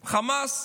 חמאס.